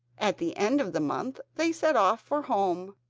at the end of the month they set off for home,